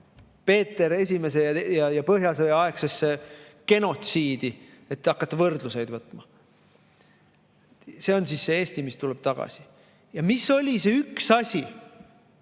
Peeter Esimese ja põhjasõja aegsesse genotsiidi, et hakata võrdluseid tegema. See on siis see Eesti, mis tuleb tagasi. Energiakriis, jaa,